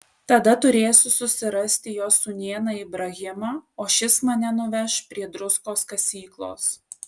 tada turėsiu susirasti jo sūnėną ibrahimą o šis mane nuveš prie druskos kasyklos